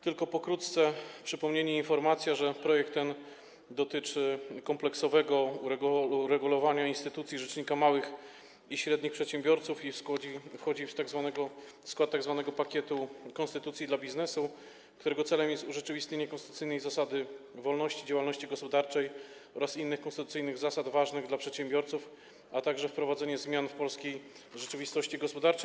Tylko pokrótce przypomnę, poinformuję, że projekt ten dotyczy kompleksowego uregulowania instytucji rzecznika małych i średnich przedsiębiorców i wchodzi w skład tzw. pakietu konstytucji dla biznesu, którego celem jest urzeczywistnienie konstytucyjnej zasady wolności działalności gospodarczej oraz innych konstytucyjnych zasad ważnych dla przedsiębiorców, a także wprowadzenie zmian w polskiej rzeczywistości gospodarczej.